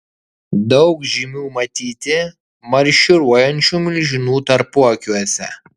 daug žymių matyti marširuojančių milžinų tarpuakiuose